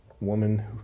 woman